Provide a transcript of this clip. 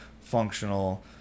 functional